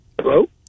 Hello